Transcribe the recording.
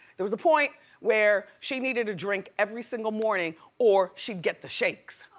there was a point where she needed to drink every single morning or she'd get the shakes.